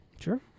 Sure